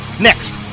Next